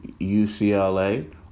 UCLA